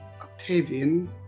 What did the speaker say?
Octavian